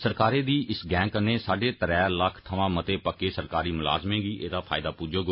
सरकारै दी इस गैह कन्नै साढ़े त्रै लक्ख थमां मते पक्के सरकारी मलाजमें गी एहदा फायदा पुज्जौग